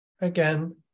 Again